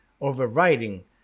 overriding